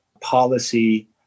policy